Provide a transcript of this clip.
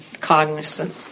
cognizant